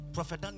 Prophet